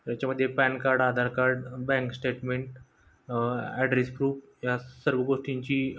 याच्यामध्ये PAN card Aadhaar card bank statement address proof या सर्व गोष्टींची